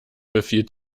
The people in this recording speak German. befiehlt